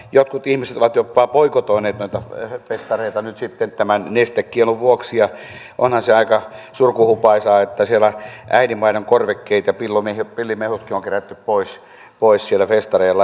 jotkut ihmiset ovat jopa boikotoineet noita festareita nyt sitten tämän nestekiellon vuoksi ja onhan se aika surkuhupaisaa että äidinmaidonkorvikkeita ja pillimehutkin on kerätty pois siellä festareilla